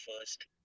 first